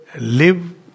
live